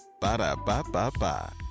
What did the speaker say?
Ba-da-ba-ba-ba